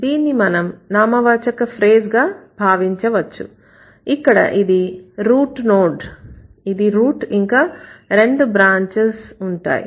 దీన్ని మనం నామవాచక ఫ్రేజ్ గా భావించవచ్చు ఇక్కడ ఇది రూట్ నోడ్ ఇది రూట్ ఇంకా రెండు బ్రాంచెస్ ఉంటాయి